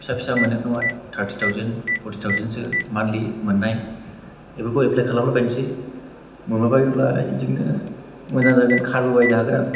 फिसा फिसा मोनो खोमा थारथि थावजेन फरथि थावजेनसो मानलि मोननाय बेफोरखौ एफ्लाय खालामला बायसै मोनबाय बायोब्ला बिदिनो मोजां जागोन खारबो बायनो हागोन आं